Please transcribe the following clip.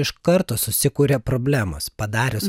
iš karto susikuria problemos padarius